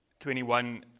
21